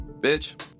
bitch